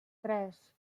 tres